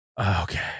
Okay